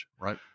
Right